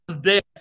death